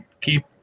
keep